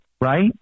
right